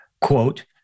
quote